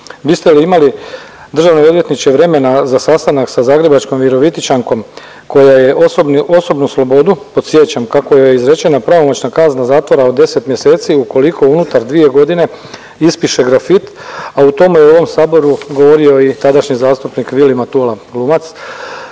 Biste li imali državni odvjetniče vremena za sastanak sa zagrebačkom Virovitičankom koja je osobnu slobodu, podsjećam kako joj je izrečena pravomoćna kazna zatvora od 10 mjeseci ukoliko unutar dvije godine ispiše grafit, a o tome je u ovom Saboru govorio i tadašnji zastupnik Vili Matula, glumac